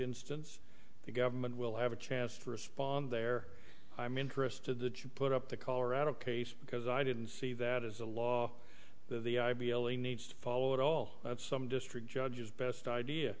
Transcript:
instance the government will have a chance to respond there i'm interested that you put up the colorado case because i didn't see that as a law that the i b l e needs to follow it all that some district judges best